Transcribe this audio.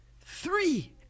three